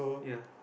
ya